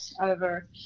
over